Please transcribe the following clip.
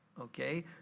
okay